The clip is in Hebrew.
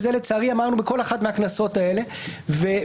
אמרנו את זה בכל אחת מהכנסות האלה ולצערי